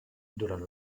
durant